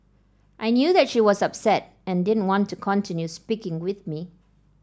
I knew that she was upset and didn't want to continue speaking with me